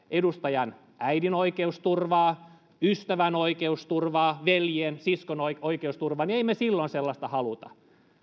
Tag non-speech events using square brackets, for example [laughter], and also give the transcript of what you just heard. [unintelligible] edustajan äidin oikeusturvaa ystävän oikeusturvaa veljen siskon oikeusturvaa niin emme me silloin sellaista